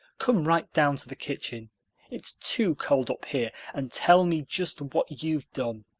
come right down to the kitchen it's too cold up here and tell me just what you've done.